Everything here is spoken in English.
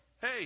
Hey